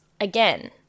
again